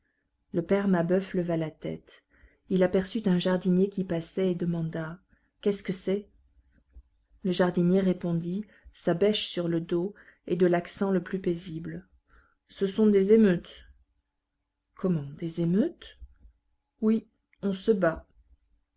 le père mabeuf leva la tête il aperçut un jardinier qui passait et demanda qu'est-ce que c'est le jardinier répondit sa bêche sur le dos et de l'accent le plus paisible ce sont des émeutes comment des émeutes oui on se bat